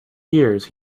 years